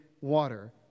water